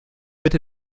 bitte